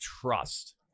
trust